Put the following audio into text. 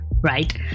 right